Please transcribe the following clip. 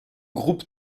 groupe